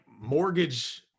mortgage